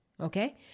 okay